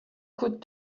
could